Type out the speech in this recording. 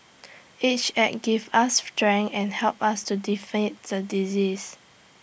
each act gave us strength and helped us to defeat the disease